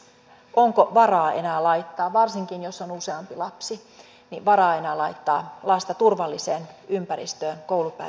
onko varaa enää laittaa lasta varsinkin jos on useampi lapsi turvalliseen ympäristöön koulupäivän jälkeen